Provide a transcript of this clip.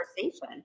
conversation